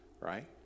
right